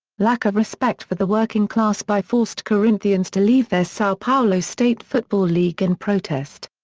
lack of respect for the working class by forced corinthians to leave their sao paulo state football league in protest.